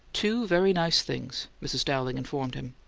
two very nice things, mrs. dowling informed him.